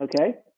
Okay